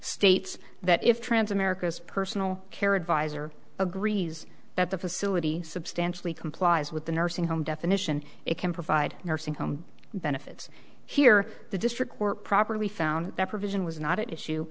states that if trans america's personal care advisor agrees that the facility substantially complies with the nursing home definition it can provide nursing home benefits here the district court properly found that provision was not at issue